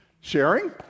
Sharing